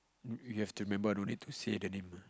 you have to remember don't need to say the name